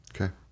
Okay